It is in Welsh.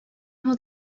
nhw